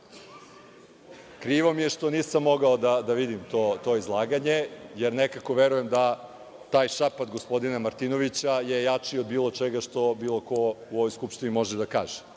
Krivo mi je što nisam mogao da vidim to izlaganje, jer nekako verujem da taj šapat gospodina Martinovića je jači od bilo čega što bilo ko u ovoj Skupštini može da kaže.